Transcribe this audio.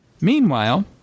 Meanwhile